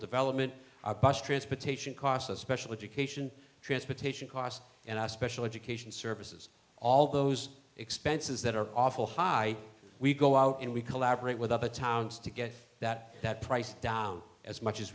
development bus transportation cost us special education transportation costs and a special education services all those expenses that are awful high we go out and we collaborate with other towns to get that that price down as much as